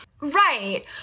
Right